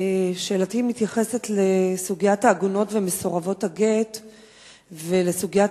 האם היא קובעת מה קורה אז, מי אחראי,